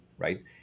Right